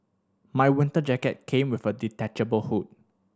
my winter jacket came with a detachable hood